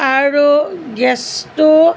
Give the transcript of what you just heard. আৰু গেছটো